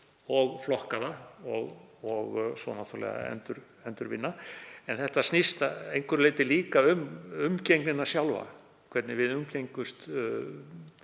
og flokka það og svo náttúrlega endurvinna. En þetta snýst að einhverju leyti líka um umgengnina sjálfa, hvernig við umgöngumst